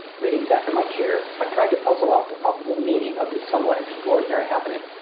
leaning back in my chair i tried to puzzle out the probable meaning of this somewhat extraordinary happening.